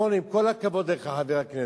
בן-סימון, עם כל הכבוד לך, חבר הכנסת,